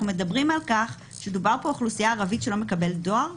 דובר פה באוכלוסייה ערבית שלא מקבלת דואר,